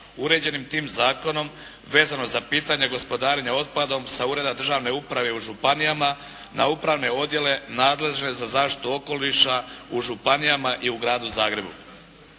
uređenim tim zakonom, vezano za pitanje gospodarenja otpadom sa ureda državne uprave u županijama na upravne odjele nadležne za zaštitu okoliša u županijama i u Gradu Zagrebu.